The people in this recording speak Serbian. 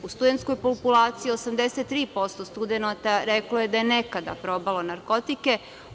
U studentskoj populaciji 83% studenata reklo je da je nekada probalo narkotike.